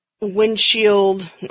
windshield